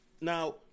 Now